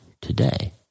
today